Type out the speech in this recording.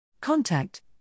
Contact